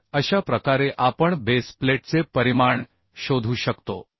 तर अशा प्रकारे आपण बेस प्लेटचे परिमाण शोधू शकतो